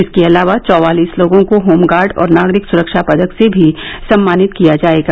इसके अलावा चौवालिस लोगों को होमगार्ड और नागरिक सुरक्षा पदक से भी सम्मानित किया जाएगा